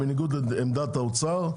בניגוד לעמדת האוצר,